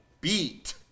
beat